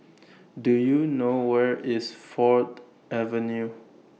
Do YOU know Where IS Ford Avenue